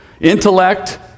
Intellect